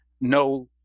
no